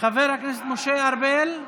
חבר הכנסת משה ארבל,